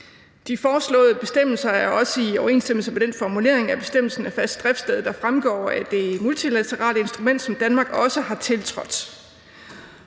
De foreslåede bestemmelser er også i overensstemmelse med den formulering af bestemmelsen af fast driftssted, der fremgår af det multilaterale instrument, som Danmark også har tiltrådt.